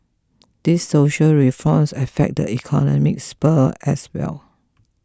these social reforms affect the economic sphere as well